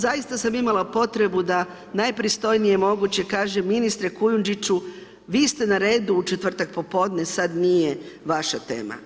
Zaista sam imala potrebu da najpristojnije moguće kažem ministre Kujundžiću vi ste na redu u četvrtak popodne, sad nije vaša tema.